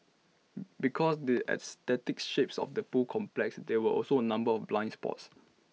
because the aesthetic shapes of the pool complex there were also A number of blind spots